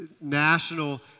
national